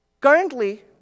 Currently